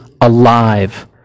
alive